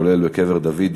כולל בקבר דוד,